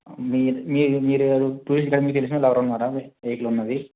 మీరు మీ మీరు తెలిసినోళ్లు ఎవరైనా ఉన్నారా వెహికల్ ఉన్నది